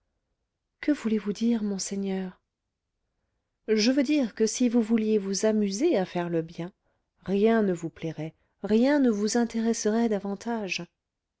que voulez-vous dire monseigneur je veux dire que si vous vouliez vous amuser à faire le bien rien ne vous plairait rien ne vous intéresserait davantage